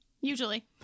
Usually